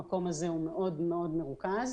המקום הה הוא מאוד מאוד מרוכז.